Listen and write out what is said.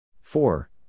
Four